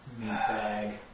Meatbag